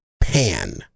pan